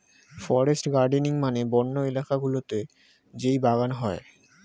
forest gardening মানে বন্য এলাকা গুলোতে যেই বাগান হয়